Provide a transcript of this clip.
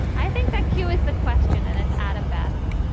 i think that q is the question and it's adam bassi,